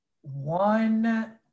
one